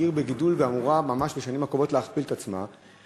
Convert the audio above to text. והיא עיר בגידול ואמורה ממש בשנים הקרובות להכפיל את עצמה,